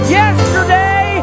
yesterday